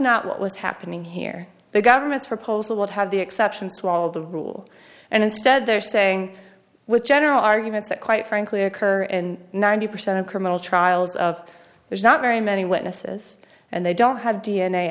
not what was happening here the government's proposal would have the exceptions to all the rule and instead they're saying with general arguments that quite frankly occur in ninety percent of criminal trials of there's not very many witnesses and they don't